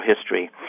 history